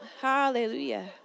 Hallelujah